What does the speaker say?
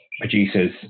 producers